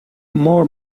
more